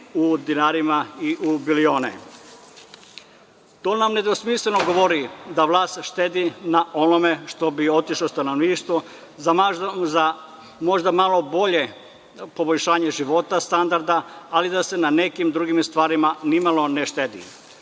u dinarima i u bilione. To nam nedvosmisleno govori da vlast štedi na onome što bi otišlo stanovništvu za možda malo bolje poboljšanje standarda života, ali da se na nekim drugim stvarima ni malo ne